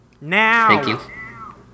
Now